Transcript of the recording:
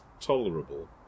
tolerable